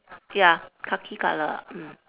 ya khaki colour mm